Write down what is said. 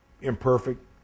imperfect